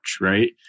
right